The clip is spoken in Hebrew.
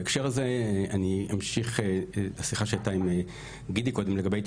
בהקשר הזה אני אחזור לדבריו של גידי קודם,